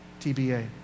TBA